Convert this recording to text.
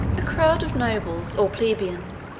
a crowd of nobles or plebeians,